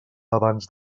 abans